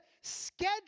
schedule